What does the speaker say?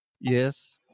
Yes